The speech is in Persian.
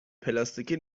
پلاستیکی